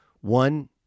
one